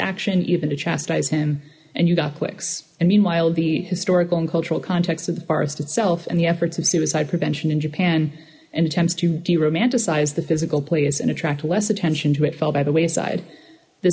action even to chastise him and you got clicks and meanwhile the historical and cultural context of the forest itself and the efforts of suicide prevention in japan and attempts to d romanticize the physical place and attract less attention to it fell by the wayside th